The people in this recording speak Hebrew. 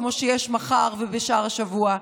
כמו שיש מחר ובשאר השבוע,